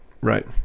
Right